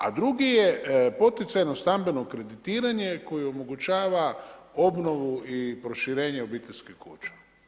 A drugi je poticajno stambeno kreditiranje koji omogućava obnovu i proširenje obiteljskih kuća.